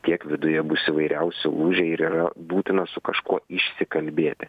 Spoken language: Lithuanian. tiek viduje bus įvairiausi lūžiai ir yra būtina su kažkuo išsikalbėti